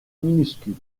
minuscule